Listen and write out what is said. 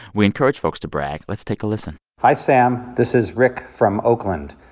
we encourage folks to brag. let's take a listen hi, sam. this is rick from oakland.